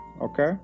Okay